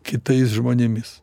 kitais žmonėmis